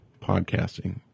podcasting